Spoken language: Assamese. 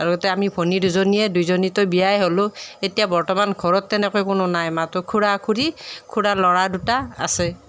লগতে আমি ভনী দুজনীয়ে দুয়োজনীতো বিয়াই হ'লোঁ এতিয়া বৰ্তমান ঘৰত তেনেকৈ কোনো নাই মাত্ৰ খুৰা খুৰী খুৰাৰ ল'ৰা দুটা আছে